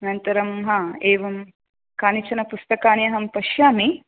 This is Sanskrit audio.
अनन्तरं आम् एवं कानिचन पुस्तकानि अहं पश्यामि